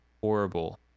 horrible